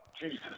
Jesus